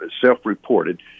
self-reported